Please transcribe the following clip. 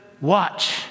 Watch